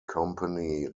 company